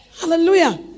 Hallelujah